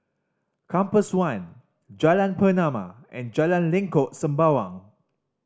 Compass One Jalan Pernama and Jalan Lengkok Sembawang